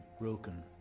broken